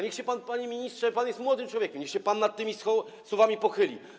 Niech się pan, panie ministrze, pan jest młodym człowiekiem, nad tymi słowami pochyli.